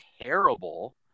terrible